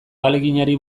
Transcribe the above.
ahaleginari